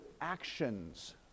actions